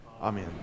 Amen